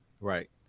Right